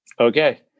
Okay